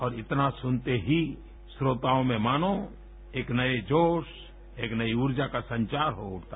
और इतना सुनते ही श्रोताओं में मार्ना एक नए जोश एक नई ऊर्जा का संचार हो उठता